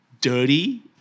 dirty